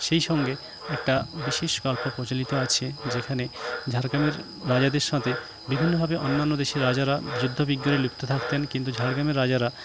সেই সঙ্গে একটা বিশেষ গল্প প্রচলিত আছে যেখানে ঝাড়গ্রামের রাজাদের সথে বিভিন্নভাবে অন্যান্য দেশের রাজারা যুদ্ধ বিগ্রহে লুপ্ত থাকতেন কিন্তু ঝাড়গ্রামের রাজারা